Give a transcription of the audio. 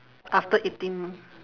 after eating